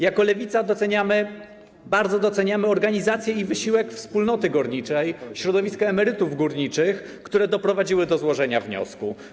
Jako Lewica bardzo doceniamy organizację i wysiłek wspólnoty górniczej, środowiska emerytów górniczych, które doprowadziły do złożenia wniosku.